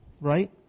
right